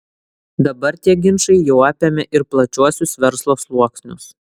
dabar tie ginčai jau apėmė ir plačiuosius verslo sluoksnius